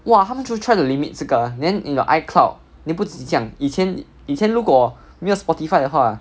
!wah! 他们就 try to limit 这个 then in your icloud 你不止这样以前以前如果没有 Spotify 的话